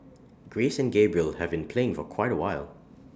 grace and Gabriel have been playing for quite awhile